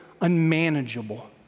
unmanageable